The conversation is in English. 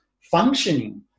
functioning